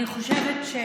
אני חושבת,